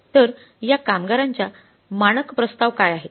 तर या कामगारांचा मानक प्रस्ताव काय आहे